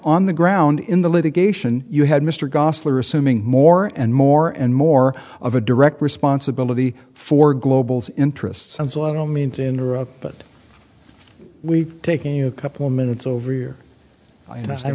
on the ground in the litigation you had mr goslar assuming more and more and more of a direct responsibility for global interests and so i don't mean to interrupt but we are taking a couple minutes over here and i